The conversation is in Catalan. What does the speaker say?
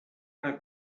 ara